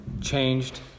changed